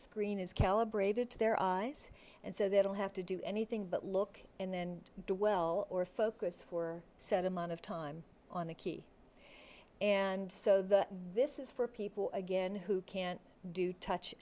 screen is calibrated to their eyes and so they don't have to do anything but look and do well or focus for set amount of time on the key and so the this is for people again who can't do touch